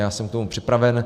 Já jsem k tomu připraven.